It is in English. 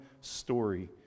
story